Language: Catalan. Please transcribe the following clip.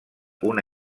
una